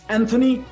Anthony